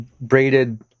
braided